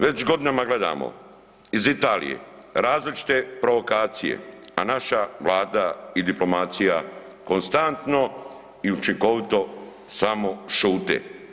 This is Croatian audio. Već godinama gledamo iz Italije različite provokacije a naša Vlada i diplomacija konstantno i učinkovito samo šute.